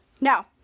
now